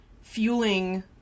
fueling